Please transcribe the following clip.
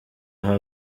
aha